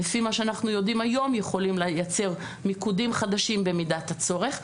לפי מה שאנחנו יודעים היום יכולים לייצר מיקודים חדשים במידת הצורך.